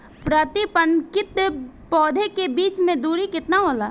प्रति पंक्ति पौधे के बीच की दूरी केतना होला?